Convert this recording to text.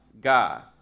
God